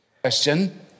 Question